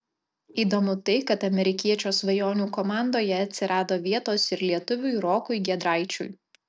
įdomu tai kad amerikiečio svajonių komandoje atsirado vietos ir lietuviui rokui giedraičiui